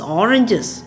oranges